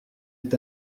est